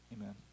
Amen